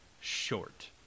Short